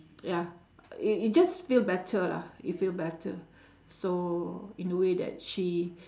ya y~ you just feel better lah you feel better so in a way that she